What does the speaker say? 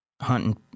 hunting